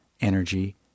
energy